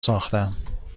ساختم